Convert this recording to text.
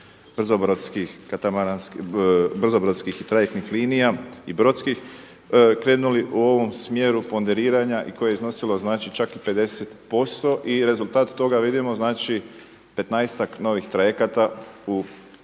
brzobrodskih i trajektnih linija i brodskih, krenuli u ovom smjeru ponderiranja i koje je iznosilo znači čak i 50% i rezultat toga vidimo znači 15-ak novih trajekata u